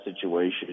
situation